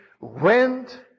went